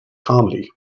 comedy